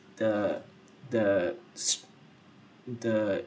the the sh~ the